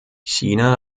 china